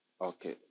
Okay